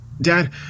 Dad